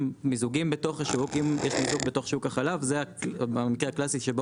אם יש מיזוג בתוך שוק החלב זה המקרה הקלאסי שבו